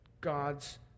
God's